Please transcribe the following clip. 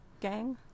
gang